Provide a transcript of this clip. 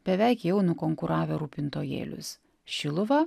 beveik jau nukonkuravę rūpintojėlius šiluva